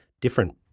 different